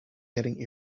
getting